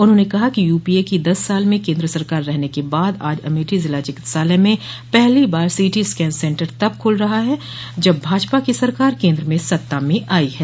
उन्होंने कहा कि यूपीए की दस साल केन्द्र में सरकार रहने के बाद आज अमेठी जिला चिकित्सालय में पहली बार सीटी स्कैन सेन्टर तब खुल रहा है जब भाजपा की सरकार केन्द्र में सत्ता में आयी है